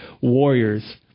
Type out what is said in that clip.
warriors